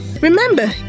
Remember